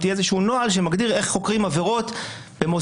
שיהיה איזשהו נוהל שמגדיר איך חוקרים עבירות במוסדות.